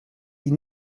die